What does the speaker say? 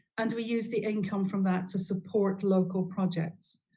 and we use the income from that to support local projects.